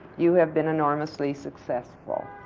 you have been enormously successful,